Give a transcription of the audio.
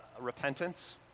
repentance